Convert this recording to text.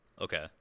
Okay